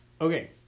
Okay